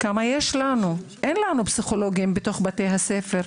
אין לנו פסיכולוגים בתוך בתי הספר,